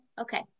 okay